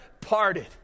parted